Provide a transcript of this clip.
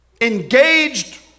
engaged